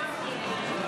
וואי וואי, תראו-תראו,